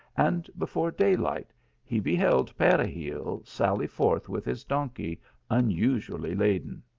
and before day light he beheld peregil sally forth with his donkey unusually laden.